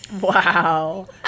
Wow